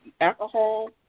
Alcohol